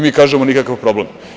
Mi kažemo - nikakav problem.